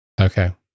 Okay